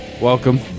welcome